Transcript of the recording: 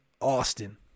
Austin